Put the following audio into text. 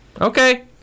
Okay